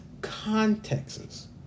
contexts